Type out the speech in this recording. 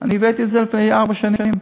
אני הבאתי את זה לפני ארבע שנים.